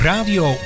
Radio